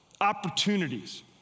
opportunities